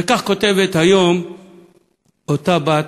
וכך כותבת היום אותה בת,